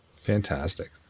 Fantastic